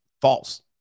False